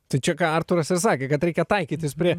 tai čia ką arturas ir sakė kad reikia taikytis prie